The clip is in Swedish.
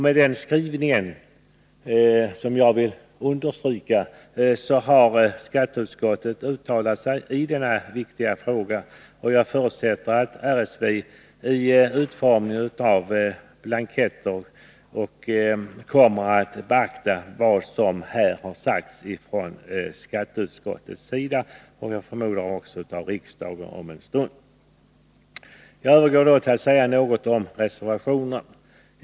Med den skrivningen, som jag vill understryka, har skatteutskottet uttalat sig i denna viktiga fråga, och jag förutsätter att RSV vid utformningen av blanketter kommer att beakta vad som här har sagts av skatteutskottet och — som jag förmodar sker om en stund — av riksdagen. Jag övergår nu till att säga något om reservationerna.